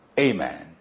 Amen